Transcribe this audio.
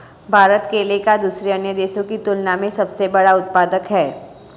भारत केले का दूसरे अन्य देशों की तुलना में सबसे बड़ा उत्पादक है